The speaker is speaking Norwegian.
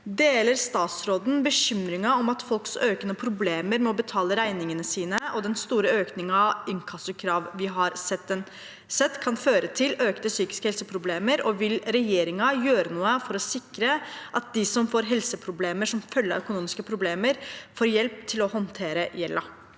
Deler statsråden bekymringen for at folks økende problemer med å betale regningene sine og den store økningen i inkassokrav vi har sett, kan føre til økte psy kiske helseproblemer, og vil regjeringa gjøre noe for å sikre at de som får helseproblemer som følge av økonomiske problemer, får hjelp til å håndtere gjelda?»